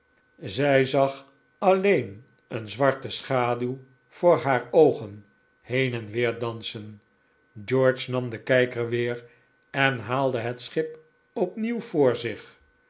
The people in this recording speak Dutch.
zij zag alleen een zwarte schaduw voor haar oogen heen en weer dansen george nam den kijker weer en haalde het schip opnieuw voor zich